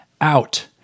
out